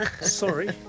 sorry